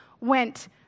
went